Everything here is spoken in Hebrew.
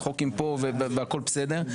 צחוקים פה והכול בסדר,